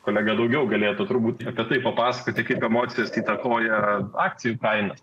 kolega daugiau galėtų truputį apie tai papasakoti kaip emocijos įtakoja akcijų kainas